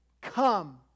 come